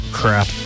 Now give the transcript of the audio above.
crap